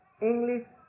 English